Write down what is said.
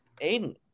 Aiden